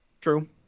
True